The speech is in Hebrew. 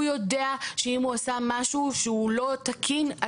הוא יודע שאם הוא עשה משהו שהוא לא תקין,